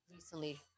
recently